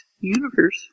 universe